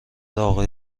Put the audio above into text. آقای